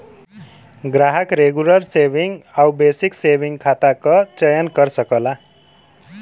ग्राहक regular saving आउर basic saving खाता क चयन कर सकला